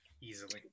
easily